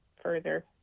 further